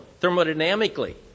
Thermodynamically